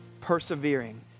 persevering